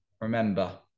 Remember